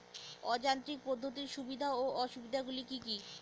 অযান্ত্রিক পদ্ধতির সুবিধা ও অসুবিধা গুলি কি কি?